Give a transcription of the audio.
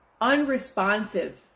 unresponsive